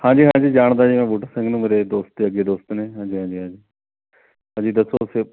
ਹਾਂਜੀ ਹਾਂਜੀ ਜਾਣਦਾ ਜੀ ਮੈਂ ਬੂਟਾ ਸਿੰਘ ਨੂੰ ਮੇਰੇ ਦੋਸਤ ਦੇ ਅੱਗੇ ਦੋਸਤ ਨੇ ਹਾਂਜੀ ਹਾਂਜੀ ਹਾਂਜੀ ਹਾਂਜੀ ਦੱਸੋ ਦੱਸੋ